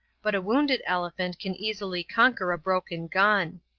but a wounded elephant can easily conquer a broken gun.